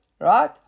right